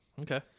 Okay